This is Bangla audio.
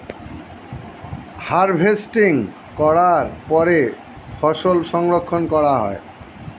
হার্ভেস্টিং করার পরে ফসল সংরক্ষণ করা হয়